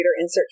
insert